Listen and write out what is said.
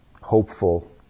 hopeful